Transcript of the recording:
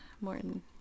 Morton